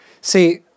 See